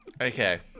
Okay